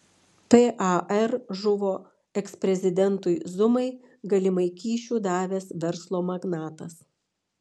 par žuvo eksprezidentui zumai galimai kyšių davęs verslo magnatas